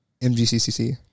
MGCCC